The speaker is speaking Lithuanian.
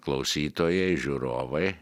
klausytojai žiūrovai